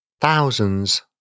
Thousands